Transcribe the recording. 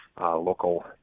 local